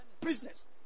prisoners